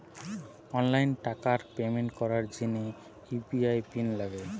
online টাকার payment করার জিনে ইউ.পি.আই পিন লাগে